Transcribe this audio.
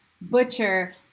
butcher